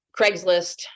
Craigslist